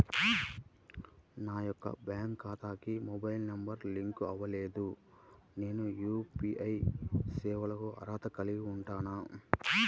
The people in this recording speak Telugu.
నా యొక్క బ్యాంక్ ఖాతాకి మొబైల్ నంబర్ లింక్ అవ్వలేదు నేను యూ.పీ.ఐ సేవలకు అర్హత కలిగి ఉంటానా?